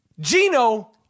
Gino